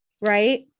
right